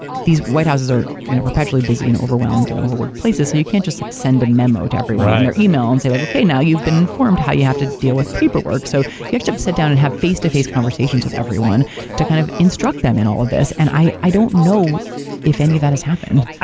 these white house's are you know perpetually busy and overwhelmed and over worked places so you can't just send a memo to everyone in their email and say, like okay now you've been informed how you have to deal with paper work. so you actually have to to sit down and have face to face conversations with everyone to kind of instruct them in all of this. i i don't know if any of that has happened.